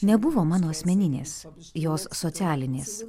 nebuvo mano asmeninės jos socialinės